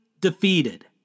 defeated